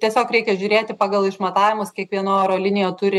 tiesiog reikia žiūrėti pagal išmatavimus kiekviena oro linija turi